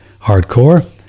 hardcore